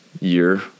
year